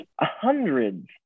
hundreds